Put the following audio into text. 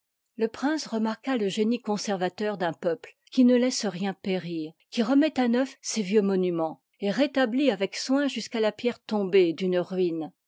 l pïnnce remarqua le génie conservateur d'un peuple qui ne laisse rien périr qui remet à neuf ses vieux monumens et rétablit avec soin jusqu'à la pierre tombée d'une ruine